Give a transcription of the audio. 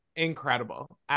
incredible